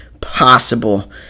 possible